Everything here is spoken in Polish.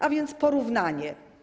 A więc porównanie.